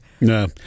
no